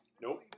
Nope